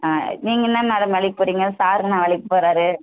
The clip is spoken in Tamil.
ஆ நீங்கள் என்ன மேடம் வேலைக்கு போகிறீங்க சார் என்ன வேலைக்கு போகிறாரு